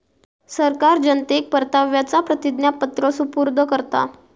सरकार जनतेक परताव्याचा प्रतिज्ञापत्र सुपूर्द करता